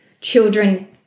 Children